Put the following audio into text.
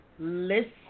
Listen